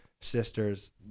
sister's